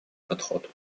подход